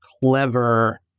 clever